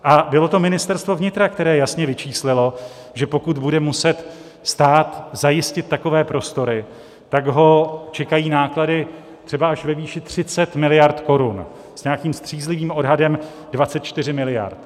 A bylo to Ministerstvo vnitra, které jasně vyčíslilo, že pokud bude muset stát zajistit takové prostory, tak ho čekají náklady třeba až ve výši 30 miliard korun, s nějakým střízlivým odhadem 24 miliard.